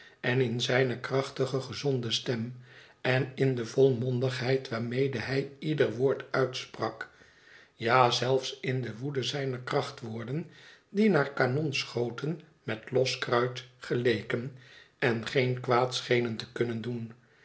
en in zijne krachtige gezonde stem en in de volmondigheid waarmede hij ieder woord uitsprak ja zelfs in de woede zijner krachtwoorden die naar kanonschoten met los kruit geleken en geen kwaad schenen te kunnen doen